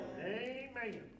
Amen